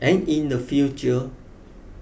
and in the future